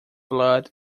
blood